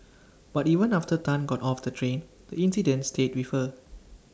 but even after Tan got off the train the incident stayed with her